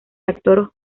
actor